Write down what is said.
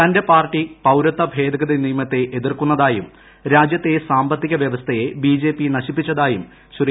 തന്റെ പാർട്ടി പൌരത്വ ഭേദഗതി നിയമത്തെ എതിർക്കുന്നതായും രാജ്യത്തെ സാമ്പത്തിക വ്യവസ്ഥയെ ബിജെപി നശിപ്പിച്ചതായും ശ്രീ